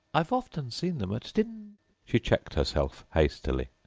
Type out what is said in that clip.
i've often seen them at dinn she checked herself hastily.